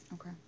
Okay